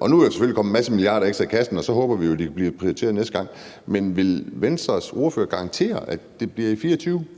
Men nu er der selvfølgelig kommet en masse milliarder ekstra i kassen, og så håber vi jo, at det bliver prioriteret næste gang. Men vil Venstres ordfører garantere, at det bliver i 2024,